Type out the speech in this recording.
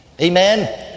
amen